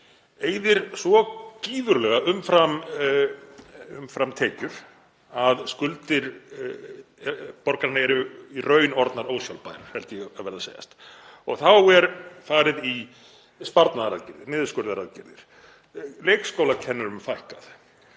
eyða svo gífurlega umfram tekjur að skuldir borgarinnar eru í raun orðnar ósjálfbærar, held ég að verði að segjast. Og þá er farið í sparnaðaraðgerðir, niðurskurðaraðgerðir. Leikskólakennurum er fækkað